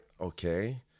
okay